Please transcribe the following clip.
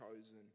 chosen